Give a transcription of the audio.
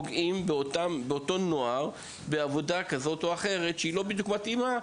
לפגוע באותו נוער בעבודה כזאת או אחרת שלא בדיוק מתאימה,